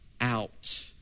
out